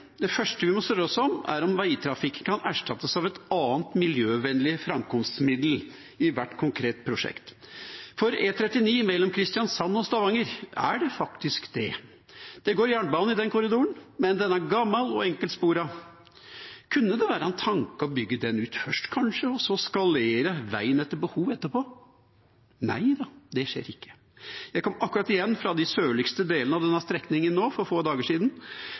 Det første vi må spørre oss om, er om veitrafikk kan erstattes av et annet, miljøvennlig framkomstmiddel i hvert konkrete prosjekt. For E39 mellom Kristiansand og Stavanger kan den faktisk det. Det går jernbane i den korridoren, men den er gammel og enkeltsporet. Kunne det være en tanke å bygge den ut først, kanskje, og så skalere veien etter behov etterpå? Nei da, det skjer ikke. Jeg kom akkurat igjen fra de sørligste delene av denne strekningen, nå for få dager siden.